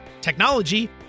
technology